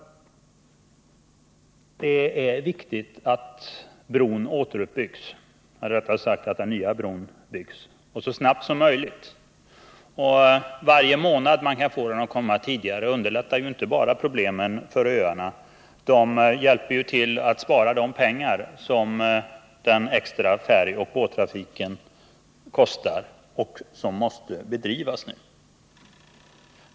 Det är viktigt att den nya bron byggs så snabbt som möjligt. Om man kan ta bron i bruk någon månad tidigare skulle det inte bara underlätta situationen för öborna, utan det skulle också bidra till att man kunde spara in de pengar som krävs för upprätthållandet av den nuvarande extra färjeoch båttrafiken.